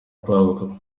kwaguka